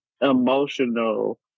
emotional